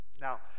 Now